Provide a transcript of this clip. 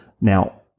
Now